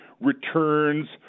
returns